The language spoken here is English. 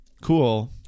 Cool